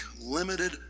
limited